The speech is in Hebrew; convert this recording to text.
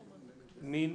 לסעיף 1 לא